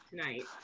tonight